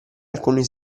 alcuni